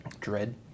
Dread